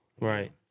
Right